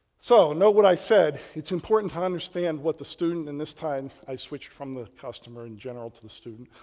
so, know what i said. it's important to understand what the student in this time i switched from the customer in general to the student,